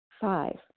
Five